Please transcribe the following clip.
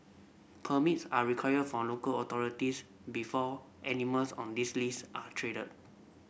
permits are required from local authorities before animals on this list are traded